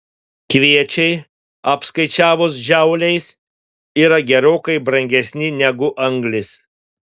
kviečiai apskaičiavus džauliais yra gerokai brangesni negu anglis